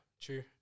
true